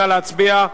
נא להצביע.